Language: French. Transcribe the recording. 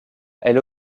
elle